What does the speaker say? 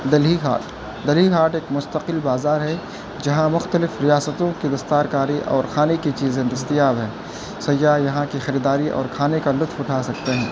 دلّی ہاٹ دلّی ہاٹ ایک مستقل بازار ہے جہاں مختلف ریاستوں کی دستار کاری اور کھانے کی چیزیں دستیاب ہیں سیاح یہاں کی خریداری اور کھانے کا لطف اٹھا سکتے ہیں